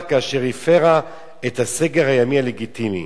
כאשר היא הפירה את הסגר הימי הלגיטימי.